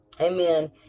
amen